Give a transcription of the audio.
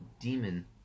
demon